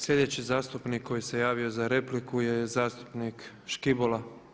Sljedeći zastupnik koji se javio za repliku je zastupnik Škibola.